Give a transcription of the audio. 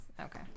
Okay